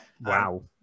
Wow